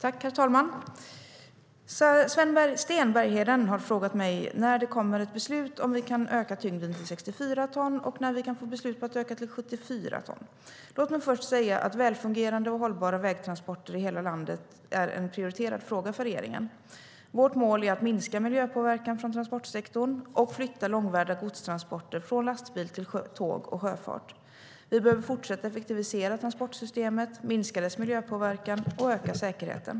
Herr talman! Sten Bergheden har frågat mig när det kommer ett beslut om att vi kan öka tyngden till 64 ton och när vi kan få beslut på att öka till 74 ton. Låt mig först säga att välfungerande och hållbara vägtransporter i hela landet är en prioriterad fråga för regeringen. Vårt mål är att minska miljöpåverkan från transportsektorn och flytta långväga godstransporter från lastbil till tåg och sjöfart. Vi behöver fortsätta att effektivisera transportsystemet, minska dess miljöpåverkan och öka säkerheten.